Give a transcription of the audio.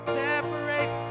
separate